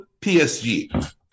PSG